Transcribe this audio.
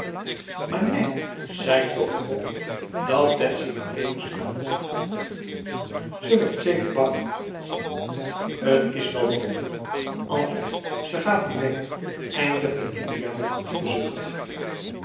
nèh zei toch ook dat betsy maar mee moest gaan ze werd zeker bang het is wel mogelijk enfin ze gaat nu mee eindigde lidia met een diepe zucht